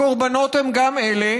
קורבנות הם גם אלה